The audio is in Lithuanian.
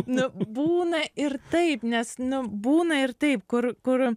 nu būna ir taip nes nu būna ir taip kur kur